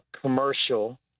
commercial